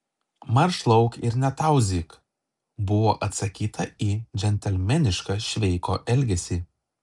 marš lauk ir netauzyk buvo atsakyta į džentelmenišką šveiko elgesį